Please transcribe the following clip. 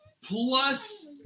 plus